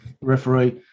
referee